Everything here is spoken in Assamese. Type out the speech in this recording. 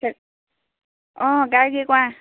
হেল্ল' অঁ গাৰ্গী কোৱা